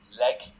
leg